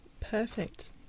Perfect